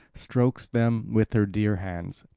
strokes them with her dear hands.